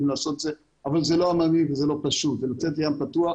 לעשות את זה אבל זה לא פשוט לצאת לים פתוח.